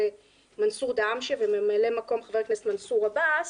מנסור דהאמשה וממלא מקום חבר הכנסת מנסור עבאס,